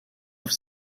auf